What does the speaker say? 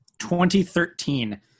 2013